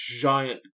giant